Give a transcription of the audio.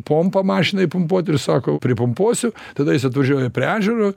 pompą mašinai pumpuot ir sako pripumpuosiu tada jis atvažiuoja prie ežero